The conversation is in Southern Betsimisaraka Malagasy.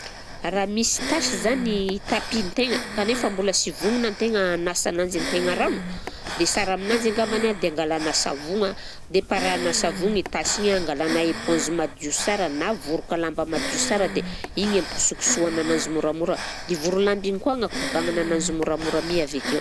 Raha misy tasy zany tapisn-tegna kanefa mbola sy vognona an-tegna hanasa ananjy an-tegna rano, dia sara aminanzy angambany a dia angalana savogna dia parahana savogna i tasy igny a dia angalana éponge madio sara na voroka lamba madio sara dia igny ampikosokosohana ananzy moramora, dia i voro-lamba igny koa agnakobagnana ananzy moramora mi avy akeo.